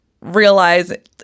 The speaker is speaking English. realize